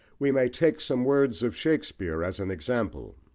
we may take some words of shakespeare as an example